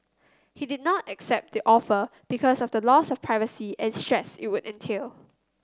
he did not accept the offer because of the loss of privacy and stress it would entail